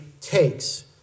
takes